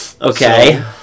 Okay